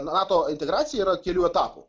nato integracija yra kelių etapų